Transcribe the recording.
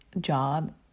job